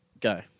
Go